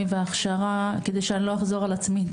העיקר לא להגיע למצב שהבעל יעזוב את הכולל,